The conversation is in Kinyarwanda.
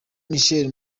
marcel